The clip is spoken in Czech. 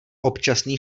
občasný